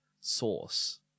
source